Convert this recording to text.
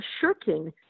shirking